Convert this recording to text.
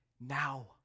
now